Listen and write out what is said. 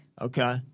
Okay